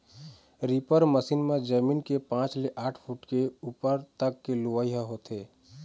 reaper machine म जमीन ले पाँच ले आठ फूट के उप्पर तक के लुवई ह होथे